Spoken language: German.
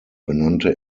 benannte